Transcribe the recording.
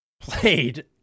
played